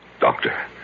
Doctor